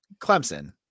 Clemson